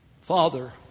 Father